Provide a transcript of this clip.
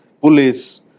police